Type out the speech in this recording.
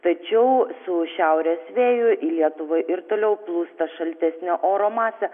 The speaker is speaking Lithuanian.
tačiau su šiaurės vėju į lietuvą ir toliau plūsta šaltesnio oro masė